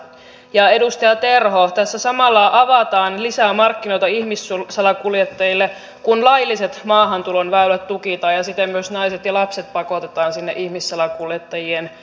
ja edustaja terho tässä samalla avataan lisää markkinoita ihmissalakuljettajille kun lailliset maahantulon väylät tukitaan ja siten myös naiset ja lapset pakotetaan sinne ihmissalakuljettajien asiakkaiksi